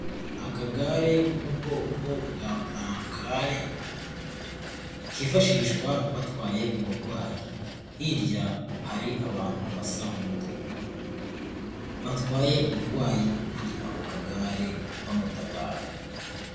Akagare ko mu bwoko bwa burakare kifashishwa batwaye umurwayi hirya hari abantu basa umutuku batwaye umurwayi kuri ako kagare bamutabara.